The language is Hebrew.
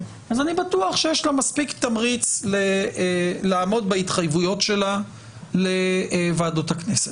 אז אני בטוח שיש לה מספיק תמריץ לעמוד בהתחייבויות שלה לוועדות הכנסת,